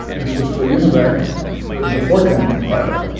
this was for univac it was a fortran compiler.